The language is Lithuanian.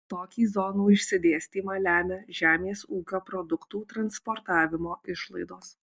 tokį zonų išsidėstymą lemia žemės ūkio produktų transportavimo išlaidos